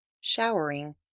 showering